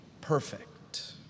perfect